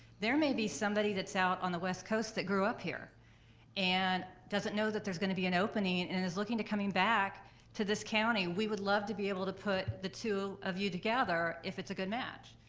there may be somebody that's out on the west coast that grew up here and doesn't know that there's gonna be an opening and and and is looking to coming back to this county. we would love to be able to put the two of you together if it's a good match,